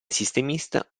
sistemista